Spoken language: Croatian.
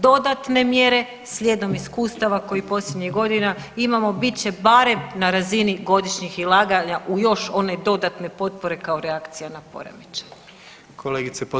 Dodatne mjere slijedom iskustava koje posljednjih godina imamo bit će barem na razini godišnjih ulaganja u još one dodatne potpore kao reakcija na poremećaj.